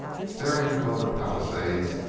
staring above the palisade,